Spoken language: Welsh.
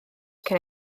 cyn